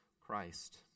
Christ